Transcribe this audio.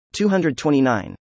229